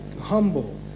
humble